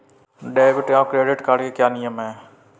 Debit card और credit card के क्या क्या नियम हैं?